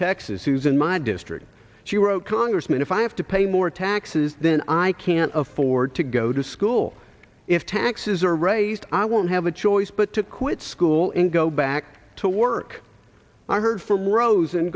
in my district she wrote congressman if i have to pay more taxes than i can't afford to go to school if taxes are raised i won't have a choice but to quit school and go back to work i heard from rose